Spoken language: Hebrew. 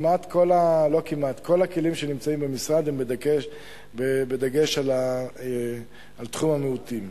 כל הכלים של המשרד הם בדגש על תחום המיעוטים.